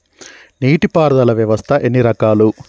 నీటి పారుదల వ్యవస్థ ఎన్ని రకాలు?